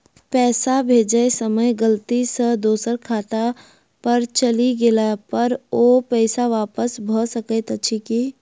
पैसा भेजय समय गलती सँ दोसर खाता पर चलि गेला पर ओ पैसा वापस भऽ सकैत अछि की?